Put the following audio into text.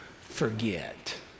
forget